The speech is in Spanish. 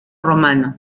romano